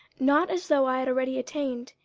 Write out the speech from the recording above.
not as though i had already attained,